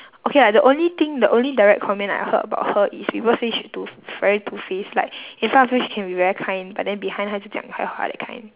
okay like the only thing the only direct comment I heard about her is people say she two very two faced like in front of you she can be very kind but then behind her 就讲坏话 that kind